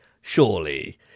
Surely